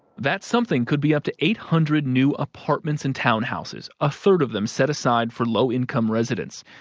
that something could be up to eight hundred new apartments and townhouses a third of them set aside for low-income residents.